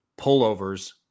pullovers